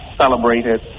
celebrated